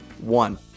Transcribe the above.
One